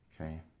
Okay